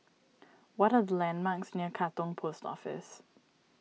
what are the landmarks near Katong Post Office